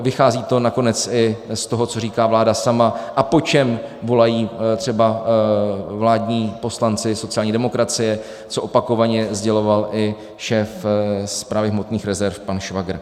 Vychází to nakonec i z toho, co říká vláda sama a po čem volají třeba vládní poslanci sociální demokracie, co opakovaně sděloval i šéf Správy státních hmotných rezerv pan Švagr.